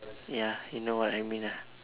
ya you know what I mean ah